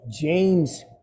James